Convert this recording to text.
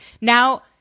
Now